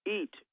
Eat